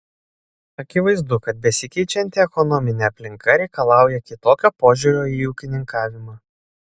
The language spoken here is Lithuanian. akivaizdu kad besikeičianti ekonominė aplinka reikalauja kitokio požiūrio į ūkininkavimą